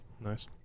Nice